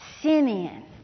Simeon